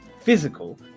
physical